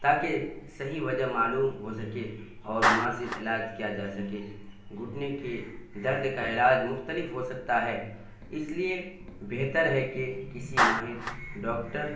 تاکہ صحیح وجہ معلوم ہو سکے اور مناسب علاج کیا جا سکے گھٹنے کے درد کا علاج مختلف ہو سکتا ہے اس لیے بہتر ہے کہ کسی ماہر ڈاکٹر